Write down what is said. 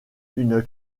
une